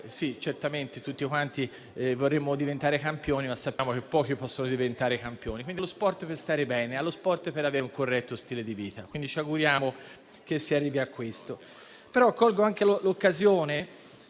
certamente tutti vorremmo diventare campioni, ma sappiamo che pochi possono diventarlo. Pensiamo allo sport per stare bene, allo sport per avere un corretto stile di vita e, quindi, ci auguriamo che si arrivi a questo. Colgo anche l'occasione